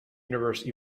universe